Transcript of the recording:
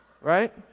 Right